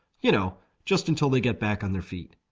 you know, just until they get back on their feet.